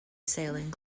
sailing